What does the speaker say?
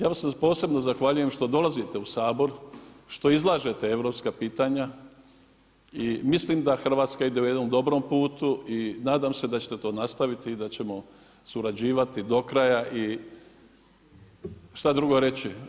Ja vam posebno zahvaljujete, što dolazite u Sabor, što izlažete europska pitanja i mislim da Hrvatska ide u jednom dobrom putu i nadam se da ćete to nastaviti i da ćemo surađivati do kraja i šta drugo reći.